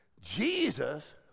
Jesus